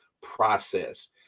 process